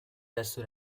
resto